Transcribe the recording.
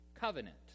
covenant